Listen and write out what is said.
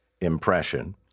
impression